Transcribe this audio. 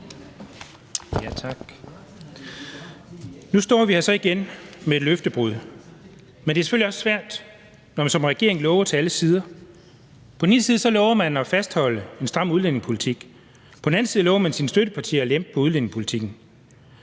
Nu står vi her så igen med et løftebrud, men det er selvfølgelig også svært, når man som regering lover til alle sider: På den ene side lover man at fastholde en stram udlændingepolitik, og på den anden side lover man sine støttepartier at lempe på udlændingepolitikken.